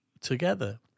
together